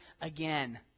again